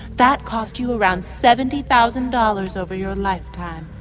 that cost you around seventy thousand dollars over your lifetime.